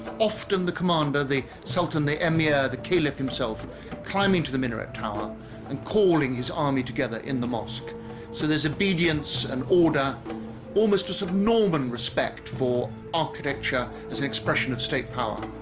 often the commander the sultan the emir the caliph himself climbing to the minaret tower and calling his army together in the mosque so there's obedience and order almost of norman respect for architecture as an expression of state power